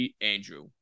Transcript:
Andrew